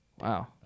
Wow